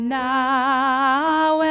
now